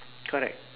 correct